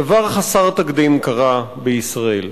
דבר חסר תקדים קרה בישראל.